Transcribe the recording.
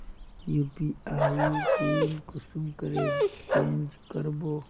UPI PIN कुंसम करे change करबो?